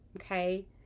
okay